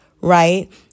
right